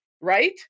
right